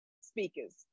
speakers